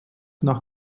nach